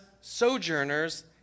sojourners